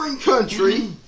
country